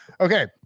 Okay